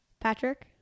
Patrick